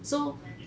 so